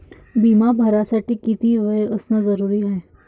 बिमा भरासाठी किती वय असनं जरुरीच हाय?